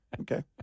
Okay